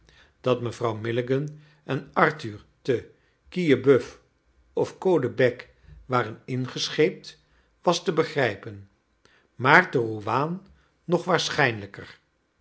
dat mevrouw milligan en arthur te quillebeuf of caudebec waren ingescheept was te begrijpen maar te rouaan nog waarschijnlijker